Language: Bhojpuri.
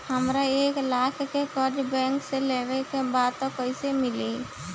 हमरा एक लाख के कर्जा बैंक से लेवे के बा त कईसे मिली?